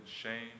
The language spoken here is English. shame